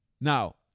Now